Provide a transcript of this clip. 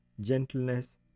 gentleness